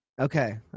Okay